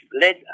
led